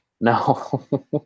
No